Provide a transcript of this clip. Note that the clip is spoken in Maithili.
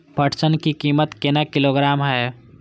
पटसन की कीमत केना किलोग्राम हय?